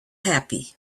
happy